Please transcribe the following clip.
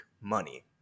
money